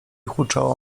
huczało